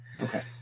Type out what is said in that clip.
Okay